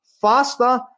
faster